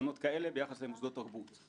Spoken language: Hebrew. כוונות כאלה ביחס למוסדות תרבות.